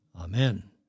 Amen